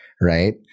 right